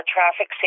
Traffic